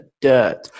dirt